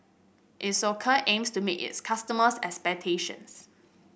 Isocal aims to meet its customers' expectations